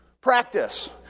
Practice